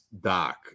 doc